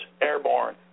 airborne